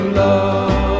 love